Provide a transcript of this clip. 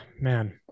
man